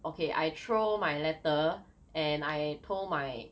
okay I throw my letter and I told my